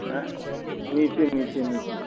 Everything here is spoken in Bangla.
অ্যাঁ নিচে নিচে নিচে